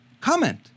Comment